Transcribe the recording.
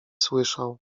słyszał